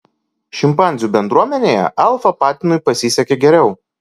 šimpanzių bendruomenėje alfa patinui pasisekė geriau